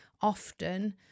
often